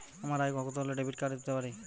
আমার আয় কত হলে ডেবিট কার্ড পেতে পারি?